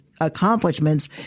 accomplishments